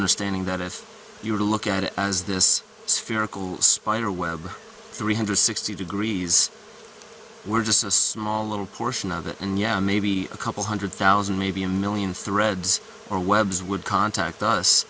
understanding that if you were to look at it as this spherical spider web three hundred sixty degrees we're just a small little portion of it and yeah maybe a couple hundred thousand maybe a million threads or webs would contact us